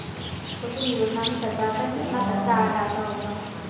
कुसुम योजना में सरकार का कितना खर्चा आ जाता होगा